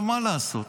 מה לעשות?